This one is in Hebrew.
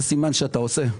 זה סימן שאתה עושה,